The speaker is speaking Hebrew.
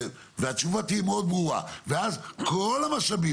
התשובה תהיה מאוד ברורה ואז כל המשאבים